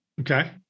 Okay